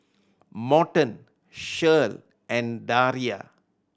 Morton Shirl and Daria